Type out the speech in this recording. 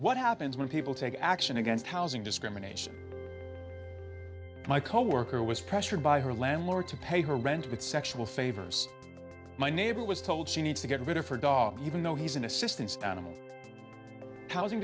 what happens when people take action against housing discrimination my coworker was pressured by her landlord to pay her rent but sexual favors my neighbor was told she needs to get rid of her dog even though he's an assistan